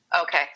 okay